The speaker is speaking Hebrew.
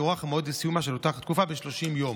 יוארך המועד לסיומה של אותה תקופה ב-30 יום.